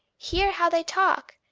hear how they talk,